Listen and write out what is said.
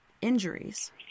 injuries